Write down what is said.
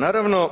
Naravno